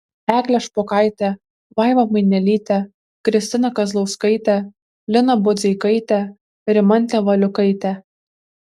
eglę špokaitę vaivą mainelytę kristiną kazlauskaitę liną budzeikaitę rimantę valiukaitę